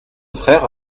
frères